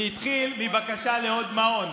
זה התחיל מבקשה לעוד מעון,